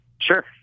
Sure